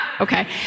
Okay